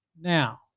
Now